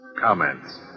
Comments